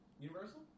Universal